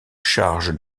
charge